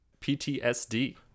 PTSD